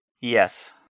Yes